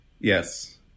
Yes